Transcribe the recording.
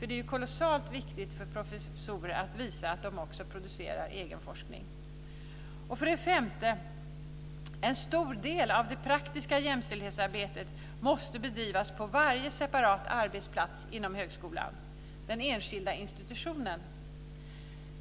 Det är kolossalt viktigt för professorer att visa att de producerar egen forskning. För det femte måste en stor del av det praktiska jämställdhetsarbetet bedrivas på varje separat arbetsplats inom högskolan - inom den enskilda institutionen.